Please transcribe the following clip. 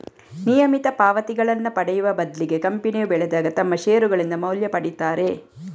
ನಿಯಮಿತ ಪಾವತಿಗಳನ್ನ ಪಡೆಯುವ ಬದ್ಲಿಗೆ ಕಂಪನಿಯು ಬೆಳೆದಾಗ ತಮ್ಮ ಷೇರುಗಳಿಂದ ಮೌಲ್ಯ ಪಡೀತಾರೆ